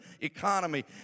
economy